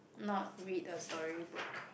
not read a storybook